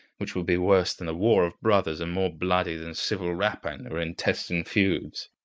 which will be worse than a war of brothers, and more bloody than civil rapine or intestine feuds.